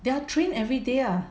they are trained everyday ah